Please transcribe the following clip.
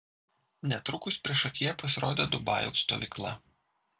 netrukus priešakyje pasirodė dubajaus stovykla